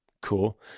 Cool